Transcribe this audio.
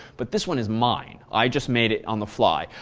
but this one is mine. i just made it on the fly.